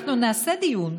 אנחנו נעשה דיון.